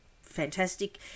fantastic –